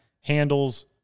handles